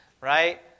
right